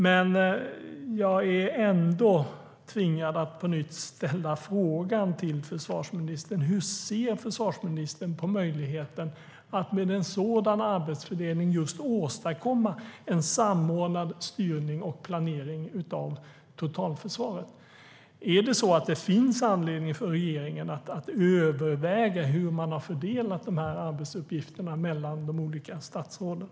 Men jag är ändå tvingad att på nytt fråga försvarsministern: Hur ser försvarsministern på möjligheten att med en sådan arbetsfördelning åstadkomma en samordnad styrning och planering av totalförsvaret? Finns det anledning för regeringen att överväga hur man har fördelat arbetsuppgifterna mellan de olika statsråden?